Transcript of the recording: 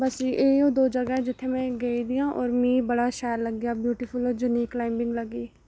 बस इ'यै दो जगह ऐ जित्थै मैं गेदी आं होर मिगी बड़ा शैल लग्गेआ ब्यूटीफुल होर जिन्नी क्लाइमिंग लग्गी